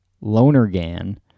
Lonergan